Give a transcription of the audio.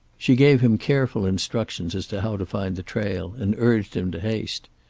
she gave him careful instructions as to how to find the trail, and urged him to haste.